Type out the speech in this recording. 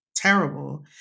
terrible